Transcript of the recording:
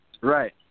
Right